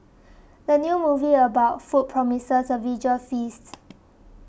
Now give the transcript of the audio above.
the new movie about food promises a visual feast